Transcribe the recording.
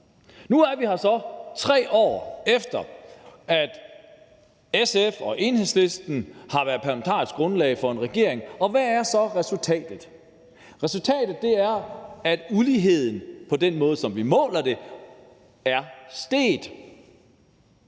Nu er vi her, 3 år efter at SF og Enhedslisten har været parlamentarisk grundlag for en regering, og hvad er så resultatet? Resultatet er, at uligheden på den måde, som vi måler den, er steget.